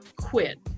quit